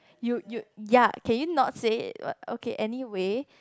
you you ya can you not say it but okay anyway